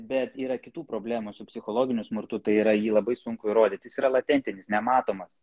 bet yra kitų problemų su psichologiniu smurtu tai yra jį labai sunku įrodyt jis yra latentinis nematomas